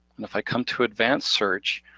and if i come to advanced search,